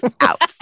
out